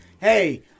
Hey